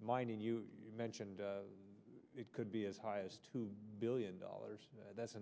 mine and you mentioned it could be as high as two billion dollars that's